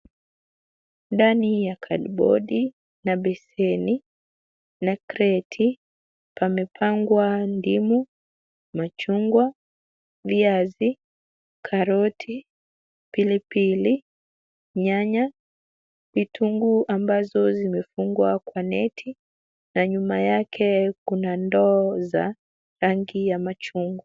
Ndani ya kadibodi na besheni na kreti, pamepangwa ndimu, machungwa, viazi, karoti, pilipili, nyanya, vitunguu ambazo zimefungwa kwa neti na nyuma yake kuna ndoo za rangi ya machungwa.